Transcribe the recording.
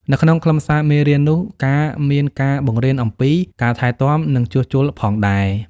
នៅក្នុងខ្លឹមសារមេរៀននោះការមានការបង្រៀនអំពី ការថែទាំ និងជួសជុលផងដែរ។